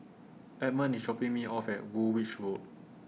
Edmund IS dropping Me off At Woolwich Road